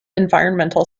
environmental